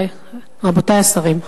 רבותי השרים,